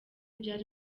byari